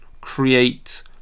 create